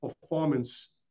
performance